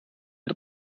mit